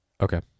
Okay